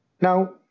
Now